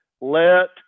let